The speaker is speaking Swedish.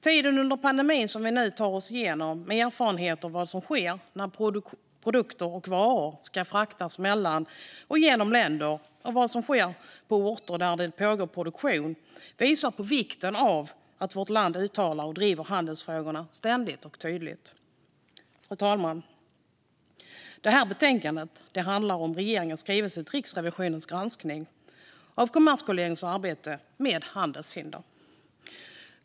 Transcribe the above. Tiden under pandemin som vi nu tar oss igenom, med erfarenheter av vad som sker när produkter och varor ska fraktas mellan och genom länder och vad som sker på orter där det pågår produktion, visar på vikten av att vårt land uttalar och driver handelsfrågorna ständigt och tydligt. Fru talman! Det här betänkandet handlar om regeringens skrivelse som svar på Riksrevisionens granskning av Kommerskollegiums arbete mot handelshinder.